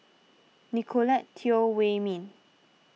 Nicolette Teo Wei Min